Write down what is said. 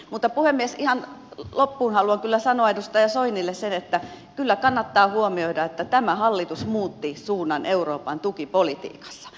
mutta puhemies ihan loppuun haluan kyllä sanoa edustaja soinille sen että kyllä kannattaa huomioida että tämä hallitus muutti suunnan euroopan tukipolitiikassa